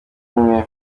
umwe